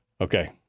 Okay